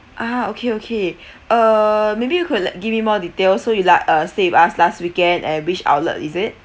ah okay okay uh maybe you could give me more details so you like uh stay with us last weekend at which outlet is it